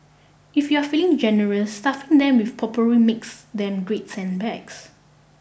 if you're feeling generous stuffing them with potpourri makes them great scent bags